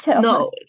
No